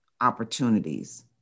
opportunities